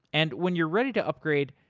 and when you're ready to upgrade,